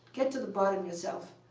get to the bottom yourself.